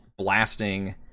Blasting